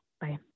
Bye